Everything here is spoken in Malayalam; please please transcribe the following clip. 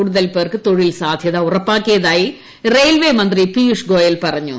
കൂടുതൽ പേർക്ക് തൊഴിൽസാധ്യത ഉറപ്പാക്കിയതായി റെയിൽ മന്ത്രി പിയൂഷ് ഗോയൽ പറഞ്ഞു